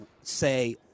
say